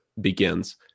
begins